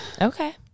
Okay